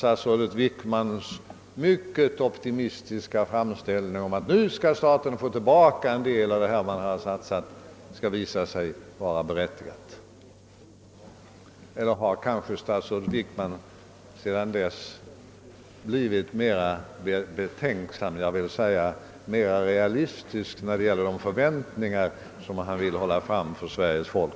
statsrådet Wickmans mycket optimistiska uppfattning — att staten nu skall få tillbaka en del av vad man tidigare satsat — verkligen är berättigad. Eller har kanske statsrådet Wickman redan blivit mera betänksam — jag vill säga mer realistisk — när det gäller förväntningar som han vill hålla fram för Sveriges folk?